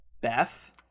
Beth